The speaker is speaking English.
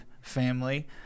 family